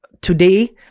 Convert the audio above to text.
today